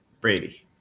Brady